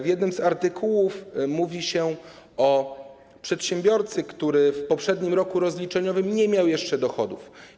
W jednym z artykułów mówi się o przedsiębiorcy, który w poprzednim roku rozliczeniowym nie miał jeszcze dochodów.